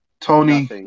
Tony